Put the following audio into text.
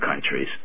countries